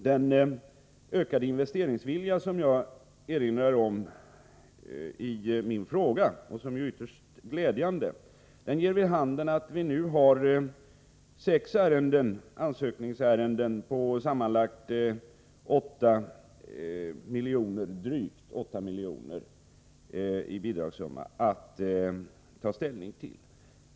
Den ökade investeringsvilja som jag erinrade om i min fråga och som ju är ytterst glädjande tar sitt uttryck i att vi nu har sex ansökningsärenden om en bidragssumma på sammanlagt drygt 8 milj.kr. att ta ställning till.